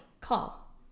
call